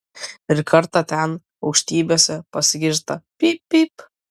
ir kartą ten aukštybėse pasigirsta pyp pyp